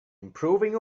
improving